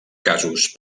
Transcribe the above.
casos